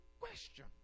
question